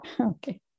Okay